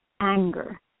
Anger